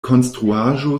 konstruaĵo